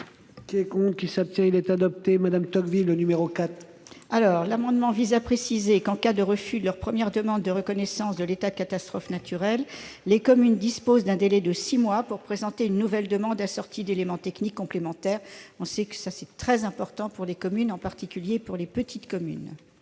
est ainsi libellé : La parole est à Mme la rapporteure pour avis. Cet amendement vise à préciser que, en cas de refus de leur première demande de reconnaissance de l'état de catastrophe naturelle, les communes disposent d'un délai de six mois pour présenter une nouvelle demande assortie d'éléments techniques complémentaires. C'est très important pour les communes, en particulier pour les petites communes.